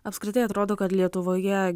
apskritai atrodo kad lietuvoje